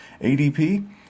ADP